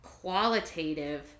qualitative